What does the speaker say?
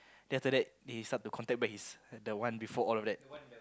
then after that they start to contact back his the one before that